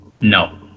no